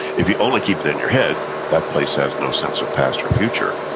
if you only keep it in your head, that place has no sense of past or future.